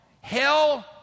Hell